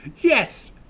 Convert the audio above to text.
Yes